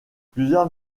plusieurs